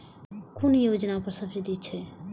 कुन योजना पर सब्सिडी छै?